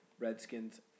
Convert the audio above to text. Redskins